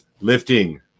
lifting